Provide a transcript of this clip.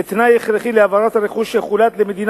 כתנאי הכרחי להעברת הרכוש שחולט למדינה